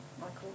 Michael